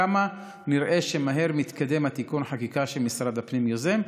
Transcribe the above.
נראה כמה מהר מתקדם תיקון החקיקה שמשרד הפנים יוזם.